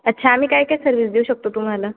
अच्छा आम्ही काय काय सर्विस देऊ शकतो तुम्हाला